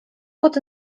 pod